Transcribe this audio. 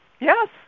Yes